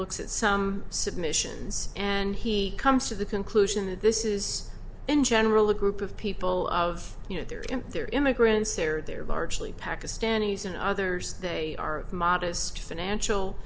looks at some submissions and he comes to the conclusion that this is in general a group of people of you know they're in their immigrants or they're largely pakistanis and others they are of modest financial